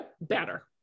better